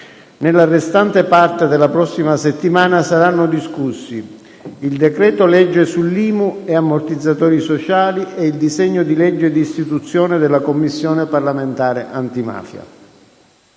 Nella restante parte della prossima settimana saranno discussi il decreto‑legge sull'IMU e ammortizzatori sociali e il disegno di legge di istituzione della Commissione parlamentare antimafia.